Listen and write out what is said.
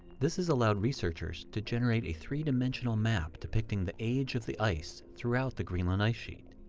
this has allowed researchers to generate a three dimensional map depicting the age of the ice throughout the greenland ice sheet.